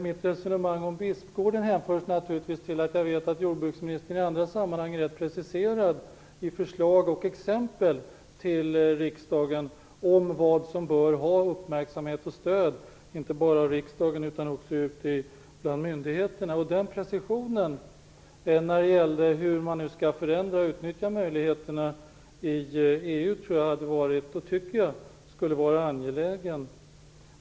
Mitt resonemang om Bispgården hänförs naturligtvis till att jag vet att jordbruksministern i andra sammanhang är rätt preciserad i förslag och exempel till riksdagen om vad som bör ha uppmärksamhet och stöd - inte bara av riksdagen utan också ute bland myndigheterna. Jag tycker att en precisering av hur man skall förändra och utnyttja möjligheterna i EU skulle vara angelägen.